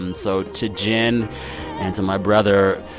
um so to jen and to my brother,